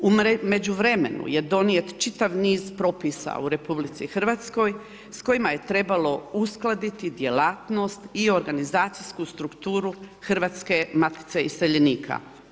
U međuvremenu je donijet čitav niz propisa u RH s kojima je trebalo uskladiti djelatnost i organizacijsku strukturu Hrvatske matice iseljenika.